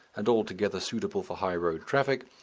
and altogether suitable for high road traffic,